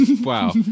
Wow